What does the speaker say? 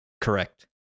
correct